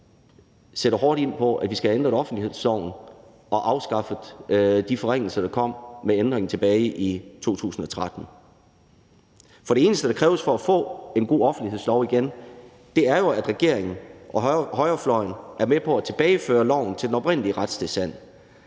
sætter hårdt ind på, at vi skal have ændret offentlighedsloven og afskaffe de forringelser, der kom med ændringen tilbage i 2013. For det eneste, der kræves for at få en god offentlighedslov igen, er jo, at regeringen og højrefløjen er med på at tilbageføre loven til den oprindelige retstilstand.